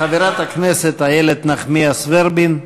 חברת הכנסת איילת נחמיאס ורבין,